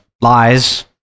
lies